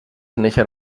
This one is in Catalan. neixen